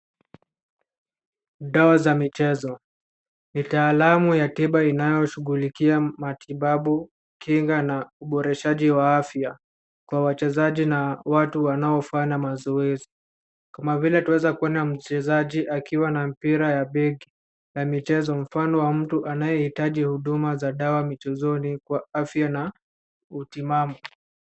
Dawa za michezo. Ni taalamu ya tiba inayoshughulikia matibabu, kinga na uboreshaji wa afya, kwa wachezaji na watu wanaofanya mazoezi. Kama vile twaweza kuona mchezaji akiwa na mpira ya beki, na michezo. Mfano wa mtu anayehitaji huduma za dawa michezoni kwa afya na utimamu.